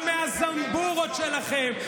לא מהזמבורות שלכם,